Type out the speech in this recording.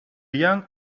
young